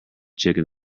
chicken